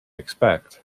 expect